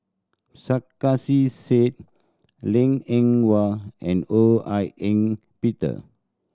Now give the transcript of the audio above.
Sarkasi Said Liang Eng Hwa and Ho Hak Ean Peter